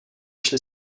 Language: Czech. šli